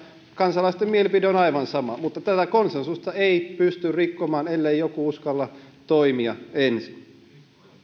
kansalaisten mielipide on aivan sama mutta tätä konsensusta ei pysty rikkomaan ellei joku uskalla toimia ensin